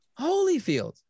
Holyfield